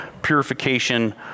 purification